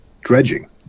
dredging